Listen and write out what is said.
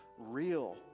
Real